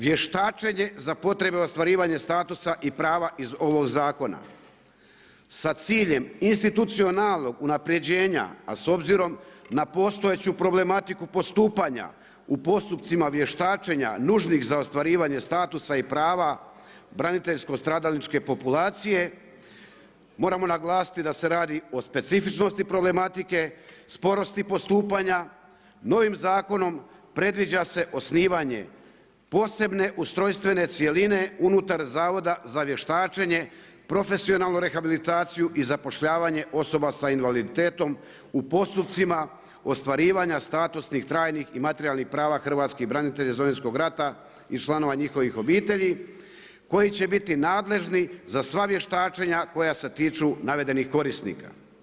Vještačenje za potrebe ostvarivanja statusa i prava iz ovog zakona, sa ciljem institucionalnog unaprijeđena, a s obzirom na postojeću problematiku postupanja u postupcima vještačenja nužnih za ostvarivanja statusa i prava braniteljsko stradalničke populacije, moramo naglasiti da se radi o specifičnosti problematike, sporosti postupanja, novim zakonom, predviđa se osnivanje, posebne ustrojstvene cjeline unutar Zavoda za vještačenje, profesionalnu rehabilitaciju i zapošljavanje osoba sa invaliditetom u postupcima ostvarivanja statusnih trajnih i materijalnih prava hrvatskih branitelja iz Domovinskog rata i članova njihovih obitelji, koji će biti nadležni za sva vještačenja koja se tiču navedenih korisnika.